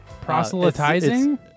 Proselytizing